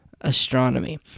astronomy